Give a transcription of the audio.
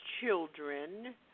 children